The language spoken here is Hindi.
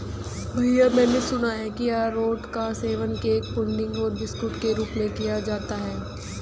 भैया मैंने सुना है कि अरारोट का सेवन केक पुडिंग और बिस्कुट के रूप में किया जाता है